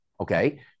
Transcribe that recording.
okay